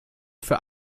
für